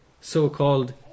so-called